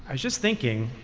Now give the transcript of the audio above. just thinking,